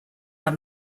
are